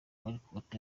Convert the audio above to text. walcott